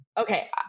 Okay